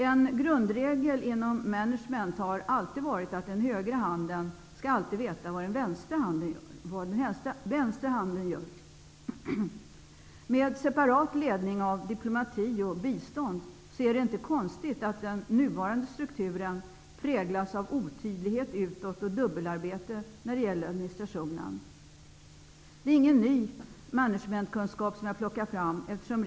En grundregel inom management har alltid varit att den högra handen alltid skall veta vad den vänstra gör. Med separat ledning av diplomati och bistånd är det inte konstigt att den nuvarande strukturen präglas av otydlighet utåt och dubbelarbete när det gäller administrationen. Det är inte någon ny managementkunskap som jag plockar fram.